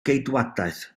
geidwadaeth